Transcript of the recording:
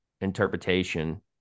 interpretation